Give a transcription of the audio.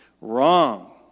Wrong